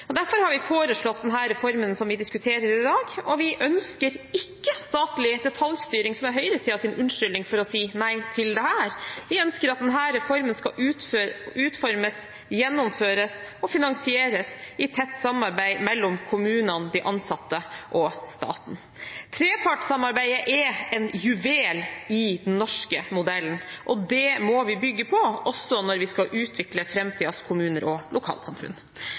Derfor har vi foreslått den reformen vi diskuterer i dag. Vi ønsker ikke statlig detaljstyring, som er høyresidens unnskyldning for å si nei til dette. Vi ønsker at denne reformen skal utformes, gjennomføres og finansieres i tett samarbeid mellom kommunene, de ansatte og staten. Trepartssamarbeidet er en juvel i den norske modellen, og det må vi bygge på også når vi skal utvikle framtidens kommuner og lokalsamfunn.